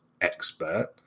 expert